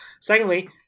Secondly